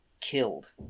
killed